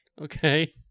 Okay